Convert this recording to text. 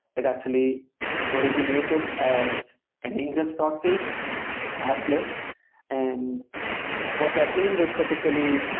it actually originated as an ingress proxy at lyft and what that means is typically,